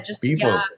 people